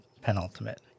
penultimate